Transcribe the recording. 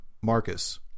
Marcus